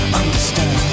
understand